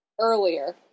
earlier